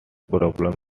problems